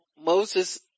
Moses